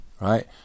right